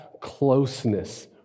closeness